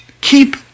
keep